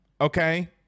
okay